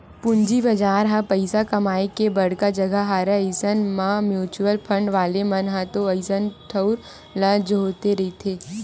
पूंजी बजार ह पइसा कमाए के बड़का जघा हरय अइसन म म्युचुअल फंड वाले मन ह तो अइसन ठउर ल जोहते रहिथे